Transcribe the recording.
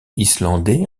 islandais